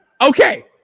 Okay